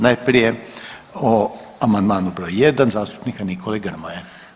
Najprije o amandman broj 1 zastupnika Nikole Grmoje.